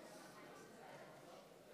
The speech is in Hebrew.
שלוש דקות,